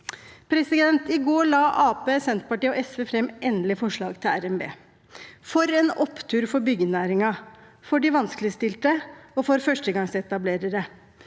Senterpartiet og SV fram det endelige forslaget til RNB – for en opptur for byggenæringen, for de vanskeligstilte og for førstegangsetablerere.